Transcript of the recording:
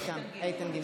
איתן גינזבורג.